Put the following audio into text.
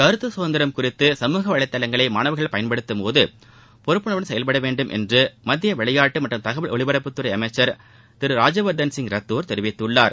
கருத்து சுதந்திரம் குறித்து சமூக வலைதளங்களை மாணவர்கள் பயன்படுத்தும்போது பொறுப்புணர்வுடன் செயல்படவேண்டும் என்று மத்திய விளையாட்டு மற்றம் தகவல் ஒலிபரப்புத்துறை அமைச்சர் திரு ராஜ்யவர்தன் சிங் ரத்தோர் தெரிவித்துள்ளார்